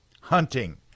hunting